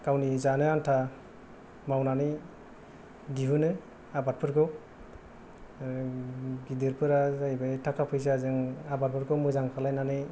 गावनि जानो आन्था मावनानै दिहुनो आबादफोरखौ गिदिरफोरा जायैबाय थाखा फैसाजों आबादफोरखौ मोजां खालायनानै